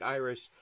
irish